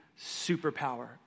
superpower